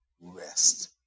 rest